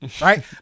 right